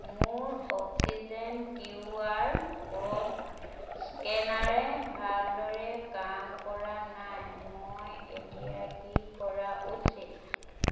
মোৰ oxygen Q R code স্কেনাৰে ভালদৰে কাম কৰা নাই মই এতিয়া কি কৰা উৎচিত